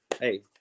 hey